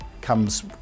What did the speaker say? comes